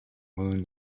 moon